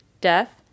death